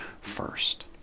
first